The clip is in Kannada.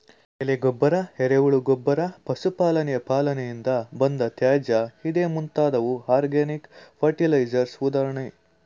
ಎಲೆ ಗೊಬ್ಬರ, ಎರೆಹುಳು ಗೊಬ್ಬರ, ಪಶು ಪಾಲನೆಯ ಪಾಲನೆಯಿಂದ ಬಂದ ತ್ಯಾಜ್ಯ ಇದೇ ಮುಂತಾದವು ಆರ್ಗ್ಯಾನಿಕ್ ಫರ್ಟಿಲೈಸರ್ಸ್ ಉದಾಹರಣೆ